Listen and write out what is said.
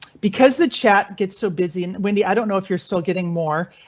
because the chat gets so busy and wendy, i don't know if you're still getting more.